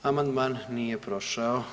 Amandman nije prošao.